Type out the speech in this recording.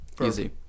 easy